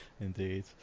indeed